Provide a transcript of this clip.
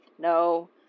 No